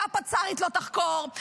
והפצ"רית לא תחקור,